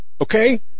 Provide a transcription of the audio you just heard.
okay